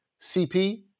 CP